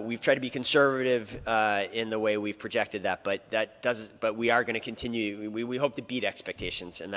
we've tried to be conservative in the way we've projected that but that doesn't but we are going to continue we hope to beat expectations in